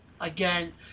again